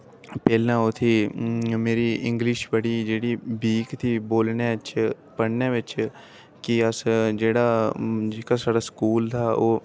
साढ़ी जेह्की पैह्ली में इंगलिश बड़ी जेह्ड़ी वीक थी बोलने बिच पढ़ने बिच कि अस जेह्ड़ा जेह्का साढ़ा स्कूल था ओह्